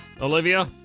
Olivia